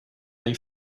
they